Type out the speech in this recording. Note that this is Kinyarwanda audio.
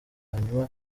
hanyuma